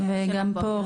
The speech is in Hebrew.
גם פה,